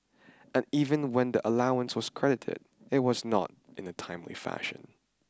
and even when the allowance was credited it was not in a timely fashion